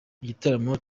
igitaramo